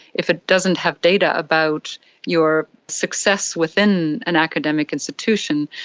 if it doesn't have data about your success within an academic institution,